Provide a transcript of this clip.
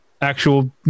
actual